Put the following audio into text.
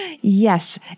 Yes